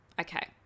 Okay